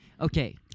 Okay